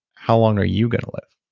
how long are you going to live?